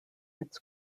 its